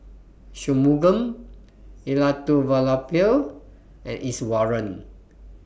Shunmugam Elattuvalapil and Iswaran